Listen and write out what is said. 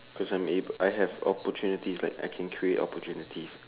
cause I'm able I have opportunities like I can create opportunities